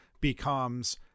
becomes –